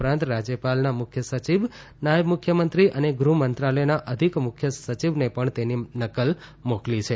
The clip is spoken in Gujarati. ઉપરાંત રાજ્યપાલના મુખ્ય સચિવ નાયબ મુખ્યમંત્રી અને ગૃહ મંત્રાલયના અધિક મુખ્ય સચિવને પણ તેની નકલ મોકલી છે